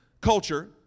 culture